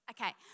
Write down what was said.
Okay